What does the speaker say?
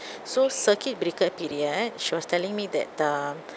so circuit breaker period she was telling me that the